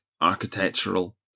architectural